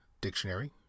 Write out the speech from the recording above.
dictionary